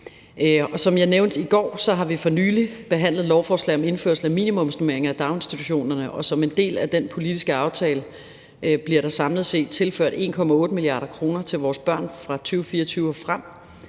som jeg nævnte i går, har vi for nylig behandlet lovforslag om indførelse af minimumsnormeringer i daginstitutionerne, og som en del af den politiske aftale bliver der samlet set tilført 1,8 mia. kr. til vores børn fra 2024 og frem,